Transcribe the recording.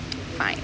fine